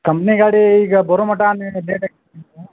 company ಗಾಡಿ ಈಗ ಬರು ಮಟ್ಟನೆ ಲೇಟ್ ನಿಮ್ಗ